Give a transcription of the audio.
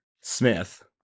Smith